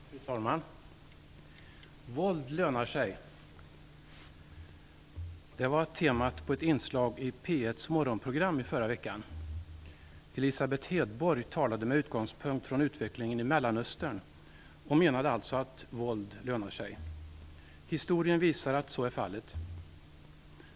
Fru talman! Våld lönar sig. Det var temat i ett inslag i P 1:s morgonprogram i förra veckan. Elisabeth Hedborg talade med utgångspunkt från utvecklingen i Mellanöstern och menade alltså att våld lönar sig. Historien visar att så är fallet.